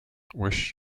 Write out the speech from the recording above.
wish